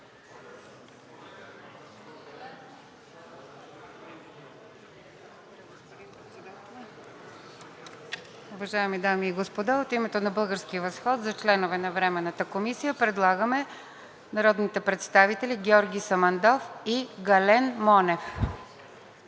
Уважаеми дами и господа, от името на „Български възход“ за членове на Временната комисия предлагаме народните представители Георги Самандов и Гален Монев.